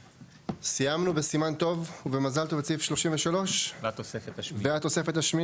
סיימנו בסימן טוב ובמזל טוב את סעיף 33 והתוספת השמינית?